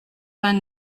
vingt